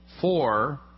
Four